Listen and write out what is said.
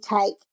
take